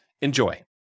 Enjoy